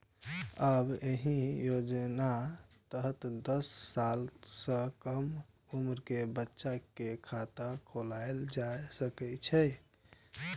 आब एहि योजनाक तहत दस साल सं कम उम्र के बच्चा के खाता खोलाएल जा सकै छै